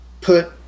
put